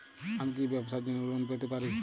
আমি কি ব্যবসার জন্য লোন পেতে পারি?